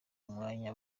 umwanya